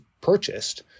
purchased